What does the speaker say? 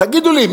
תגידו לי,